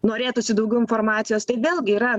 norėtųsi daugiau informacijos tai vėlgi yra